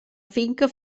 finca